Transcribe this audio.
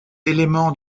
éléments